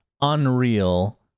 unreal